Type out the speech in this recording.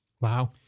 Wow